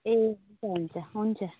ए हुन्छ हुन्छ हुन्छ